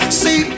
see